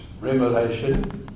Revelation